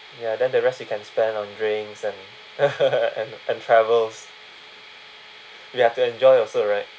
ya then the rest you can spend on drinks and and and travels we have to enjoy also right